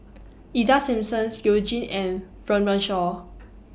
Ida Simmons YOU Jin and Run Run Shaw